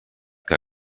que